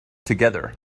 together